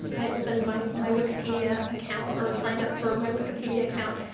i opened my my wikipedia account, or signed up for my wikipedia account,